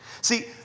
See